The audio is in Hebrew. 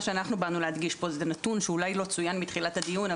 מה שאנחנו באנו להדגיש פה זה נתון שאולי לא צוין פה מתחילת הדיון,